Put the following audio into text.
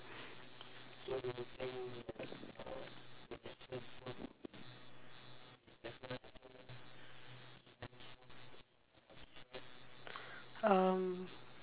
um